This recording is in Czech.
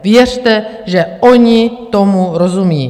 Věřte, že oni tomu rozumí.